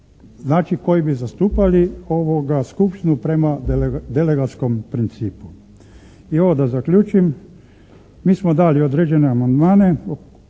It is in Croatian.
znači koji bi zastupali skupština prema delegatskom principu. I ovo da zaključim. Mi smo dali određene amandmane